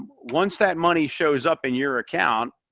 once that money shows up in your account,